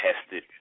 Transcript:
tested